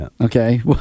Okay